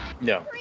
No